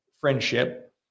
friendship